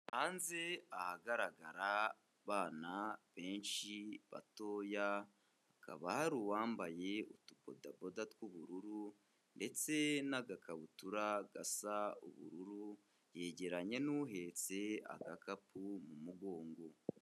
Hanze ahagaragara abana benshi batoya, hakaba hari uwambaye utubodaboda tw'ubururu ndetse n'agakabutura gasa ubururu yegeranye n'uhetse agakapu mu mugongo.